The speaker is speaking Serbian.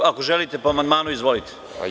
Ako želite po amandmanu, izvolite.